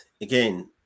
again